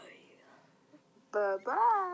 Bye-bye